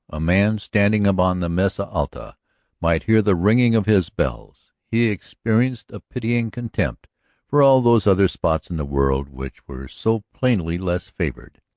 a man standing upon the mesa alta might hear the ringing of his bells, he experienced a pitying contempt for all those other spots in the world which were so plainly less favored.